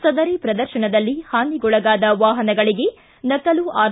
ಸದರಿ ಪ್ರದರ್ಶನದಲ್ಲಿ ಹಾನಿಗೊಳಗಾದ ವಾಹನಗಳಿಗೆ ನಕಲು ಆರ್